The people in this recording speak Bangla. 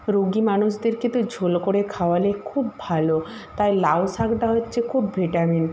রোগী মানুষদেরকে তো ঝোল করে খাওয়ালে খুব ভালো তাই লাউ শাকটা হচ্ছে খুব ভিটামিন